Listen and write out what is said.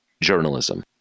journalism